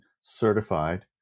certified